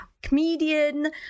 Comedian